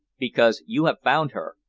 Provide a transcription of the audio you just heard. because you have found her,